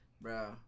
Bro